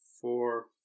four